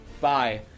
Bye